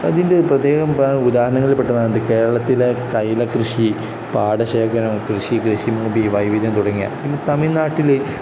അതിൻ്റെ ഒരു പ്രത്യേകം ഉദാഹരണങ്ങളിൽ പെട്ടതാണ് ഇത് കേരളത്തിലെ കൈൽ കൃഷി പാഠശേഖരം കൃഷി കൃഷിമൂപി വൈവിധ്യം തുടങ്ങിയ പിന്നെ തമിഴ്നാട്ടിൽ